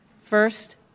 First